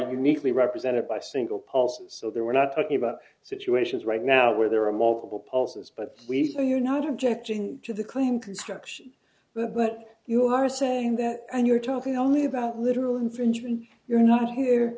uniquely represented by single pulse so they're we're not talking about situations right now where there are multiple pulses but we so you're not objecting to the claim construction but you are saying that and you're talking only about literal infringement you're not here